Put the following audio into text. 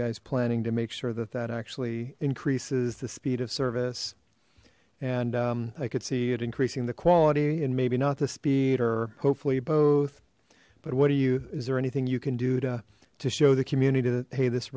guys planning to make sure that that actually increases the speed of service and i could see it increasing the quality and maybe not the speed or hopefully both but what do you is there anything you can do to to show the community that hey this